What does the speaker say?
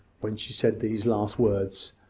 when she said these last words.